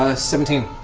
ah seventeen.